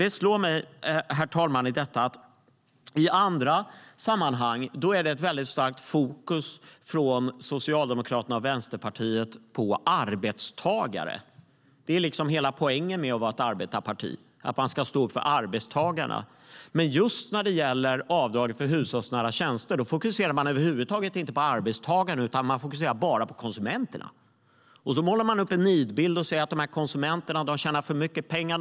Det slår mig att i andra sammanhang är det ett väldigt starkt fokus från Socialdemokraterna och Vänsterpartiet på arbetstagare. Hela poängen med att vara ett arbetarparti är att man ska stå upp för arbetstagarna, men just när det gäller avdrag för hushållsnära tjänster fokuserar man över huvud taget inte på arbetstagaren, utan man fokuserar bara på konsumenterna. Sedan målar man upp en nidbild och säger att dessa konsumenter tjänar för mycket pengar.